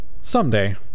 someday